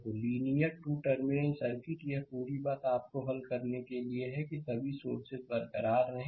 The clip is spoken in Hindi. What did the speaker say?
तोलीनियर 2 टर्मिनल सर्किट यह पूरी बात आपको हल करने के लिए है कि सभी सोर्स बरकरार रहें